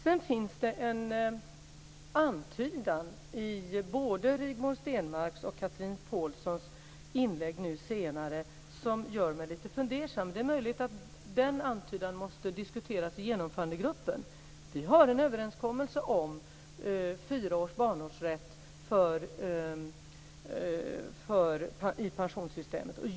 Sedan finns det en antydan i både Rigmor Stenmarks och Chatrin Pålssons senare inlägg som gör mig lite fundersam. Det är möjligt att den antydan måste diskuteras i Genomförandegruppen. Vi har en överenskommelse om fyra års barnårsrätt i pensionssystemet.